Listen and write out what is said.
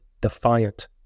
defiant